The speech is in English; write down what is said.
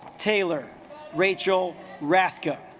taylor rachel raska